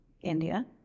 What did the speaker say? India